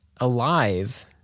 alive